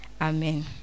Amen